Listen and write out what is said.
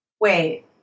Wait